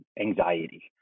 anxiety